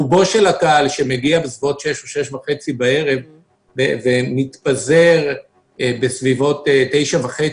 רוב הקהל מגיע בסביבות 6 או 6:30 בערב ומתפזר בסביבות 9:30,